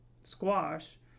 squash